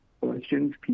questions